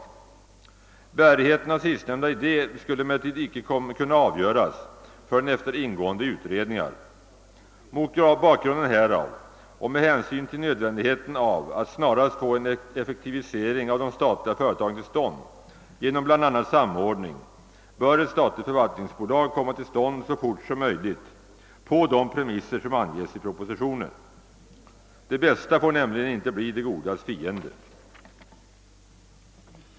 Bärigheten av sistnämnda idé skulle emellertid icke kunna avgöras förrän efter ingående utredningar. Mot bakgrunden härav och med hänsyn till nödvändigheten av att snarast få en effektivisering av de statliga företagen till stånd genom bl.a. samordning bör ett statligt förvaltningsbolag komma till stånd så fort som möjligt på de premisser, som anges i propositionen. Det bästa får nämligen icke bli det godas fiende.